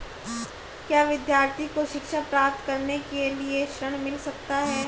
क्या विद्यार्थी को शिक्षा प्राप्त करने के लिए ऋण मिल सकता है?